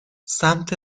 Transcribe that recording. سمت